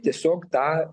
tiesiog tą